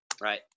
right